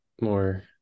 more